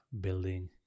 building